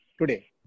Today